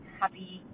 happy